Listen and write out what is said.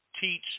teach